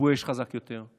כיבוי אש חזק יותר,